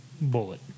bullet